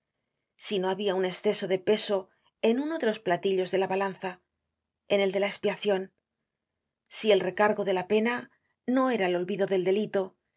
si no habia un esceso de peso en uno de los platillos de la balanza en el de la expiacion si el recargo de la pena no era el olvido del delito